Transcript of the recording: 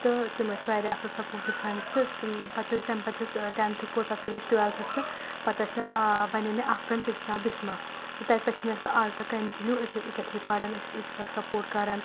تہٕ تِم ٲسۍ واریاہ اصٕل سَپورٹِو فرٛیٚنٛڈٕس تہٕ تِم پَتہٕ ٲسۍ تَمہِ پَتہٕ ٲسۍ ٲں ٹیٚنتھ کوٚر پَتہٕ کٔتھۍ أسۍ ٹُویٚلتھَس تہٕ پَتہٕ ٲسۍ مےٚ ٲں بَنے مےٚ اَکھ فرٛیٚنٛڈ تٔمِس چھُ ناو بِسمہ تہٕ تَتہِ پٮ۪ٹھ چھِ مےٚ سۄ آز تام کَنٹِنِوٗ أسۍ ٲسۍ اِکَٹھے پَرن أسۍ ٲسۍ أکِس اَکھ سَپورٹ کَران